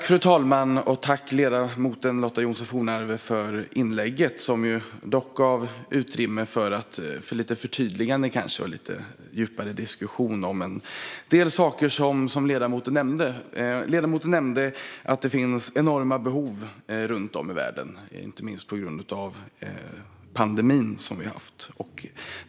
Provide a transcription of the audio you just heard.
Fru talman! Jag tackar ledamoten Lotta Johnsson Fornarve för inlägget, som dock lämnade utrymme för förtydliganden och kanske en lite djupare diskussion om en del saker som ledamoten nämnde. Ledamoten nämnde att det finns enorma behov runt om i världen, inte minst på grund av pandemin som vi haft.